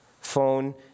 Phone